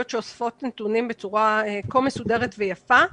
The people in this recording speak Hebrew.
שאוספות נתונים בצורה כה מסודרת ויפה.